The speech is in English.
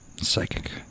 Psychic